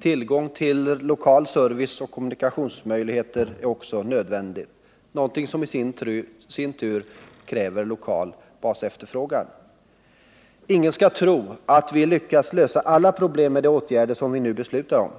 Tillgång till lokal service och kommunikationsmöjligheter är också nödvändiga, något som i sin tur kräver lokal basefterfrågan. Ingen skall tro att vi har lyckats lösa alla problem med de åtgärder som vi nu beslutar om.